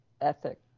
ethic